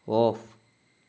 off